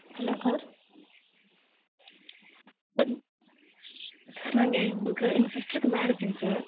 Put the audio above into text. hello sir sir sir நாங்கள் எங்களுக்கு எங்கள் சிஸ்டருக்கு மேரேஜுங்க சார்